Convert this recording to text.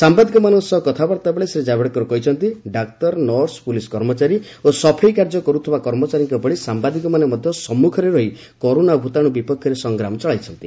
ସାମ୍ବାଦିକମାନଙ୍କ ସହ କଥାବାର୍ତ୍ତା ବେଳେ ଶ୍ରୀ ଜାବଡେକର କହିଛନ୍ତି ଡାକ୍ତର ନର୍ସ ପୁଲିସ୍ କର୍ମଚାରୀ ଓ ସଫେଇ କାର୍ଯ୍ୟ କରୁଥିବା କର୍ମଚାରୀଙ୍କ ଭଳି ସାମ୍ଭାଦିକମାନେ ମଧ୍ୟ ସମ୍ମୁଖରେ ରହି କରୋନା ଭୂତାଣୁ ବିପକ୍ଷରେ ସଂଗ୍ରାମ ଚଳାଇଛନ୍ତି